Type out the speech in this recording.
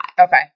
Okay